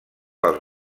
pels